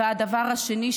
ודבר שני,